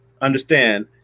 understand